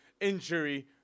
injury